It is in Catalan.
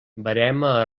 verema